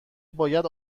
باید